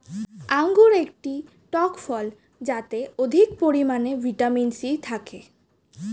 আঙুর একটি টক ফল যাতে অধিক পরিমাণে ভিটামিন সি থাকে